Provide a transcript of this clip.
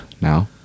now